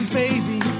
baby